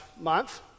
month